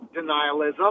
denialism